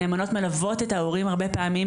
הנאמנות מלוות גם את ההורים הרבה פעמים,